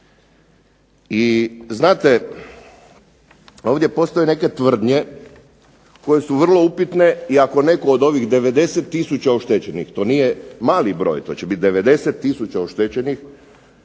I znate, ovdje postoje neke tvrdnje koje su vrlo upitne i ako netko od ovih 90000 oštećenih to nije mali broj. To će biti 90000 oštećenih